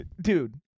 dude